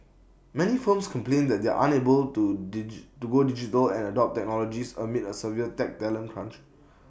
many firms complain that they are unable to go digital and adopt technologies amid A severe tech talent crunch